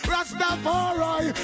Rastafari